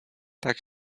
tak